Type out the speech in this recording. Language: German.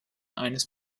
eines